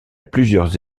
plusieurs